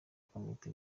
komite